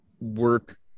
work